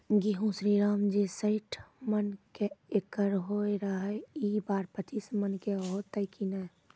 गेहूँ श्रीराम जे सैठ मन के एकरऽ होय रहे ई बार पचीस मन के होते कि नेय?